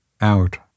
out